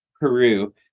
Peru